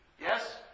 Yes